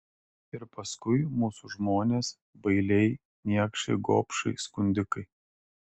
ir paskui mūsų žmonės bailiai niekšai gobšai skundikai